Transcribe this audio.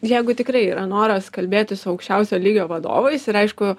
jeigu tikrai yra noras kalbėti su aukščiausio lygio vadovais ir aišku